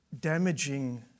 damaging